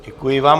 Děkuji vám.